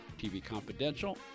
tvconfidential